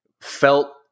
felt